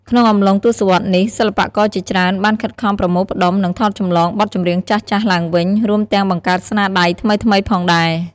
ក្នុងអំឡុងទសវត្សរ៍នេះ សិល្បករជាច្រើនបានខិតខំប្រមូលផ្ដុំ និងថតចម្លងបទចម្រៀងចាស់ៗឡើងវិញ រួមទាំងបង្កើតស្នាដៃថ្មីៗផងដែរ។